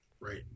right